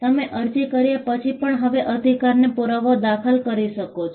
તમે અરજી કર્યા પછી પણ હવે અધિકારનો પુરાવો દાખલ કરી શકો છો